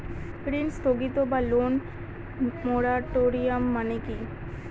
ঋণ স্থগিত বা লোন মোরাটোরিয়াম মানে কি?